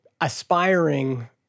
aspiring